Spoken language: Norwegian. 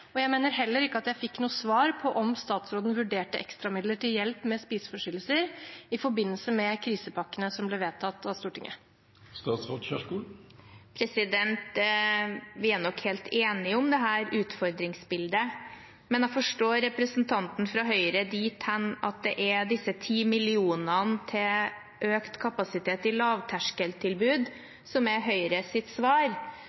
Jeg mener heller ikke at jeg fikk noe svar på om statsråden vurderte ekstramidler til hjelp med spiseforstyrrelser i forbindelse med krisepakkene som ble vedtatt av Stortinget. Vi er nok helt enige om dette utfordringsbildet, men jeg forstår representanten fra Høyre dithen at det er disse 1010 millionene til økt kapasitet i